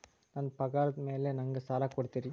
ನನ್ನ ಪಗಾರದ್ ಮೇಲೆ ನಂಗ ಸಾಲ ಕೊಡ್ತೇರಿ?